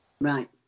Right